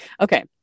okay